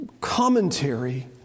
commentary